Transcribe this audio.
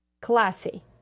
classy